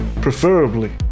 Preferably